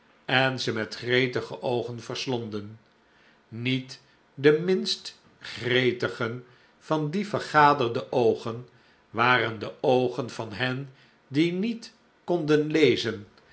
en ze met gretige oogen verslonden niet de minstgretigenvandievergaderde oogen waren de oogen van hen die niet konden lezen